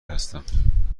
هستم